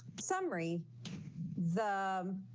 summary the um